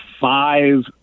five